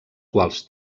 quals